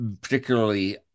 particularly